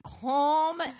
Calm